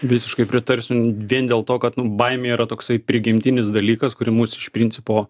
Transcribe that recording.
visiškai pritarsiu vien dėl to kad nu baimė yra toksai prigimtinis dalykas kuri mus iš principo